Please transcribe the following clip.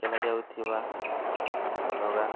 ଖେଲା ଯାଉଥିବା ଅଲଗା